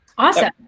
Awesome